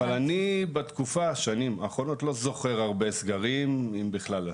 אבל אני בתקופה של השנים האחרונות לא זוכר הרבה סגרים אם בכלל,